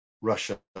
Russia